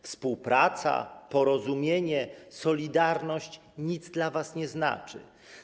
Współpraca, porozumienie, solidarność nic dla was nie znaczy.